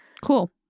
Cool